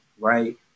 right